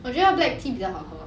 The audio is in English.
我觉得 black tea 比较好喝